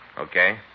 Okay